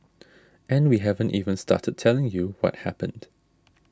and we haven't even started telling you what happened